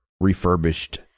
refurbished